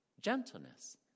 gentleness